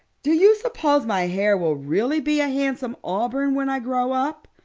do you suppose my hair will really be a handsome auburn when i grow up?